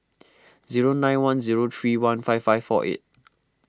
zero nine one zero three one five five four eight